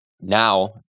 now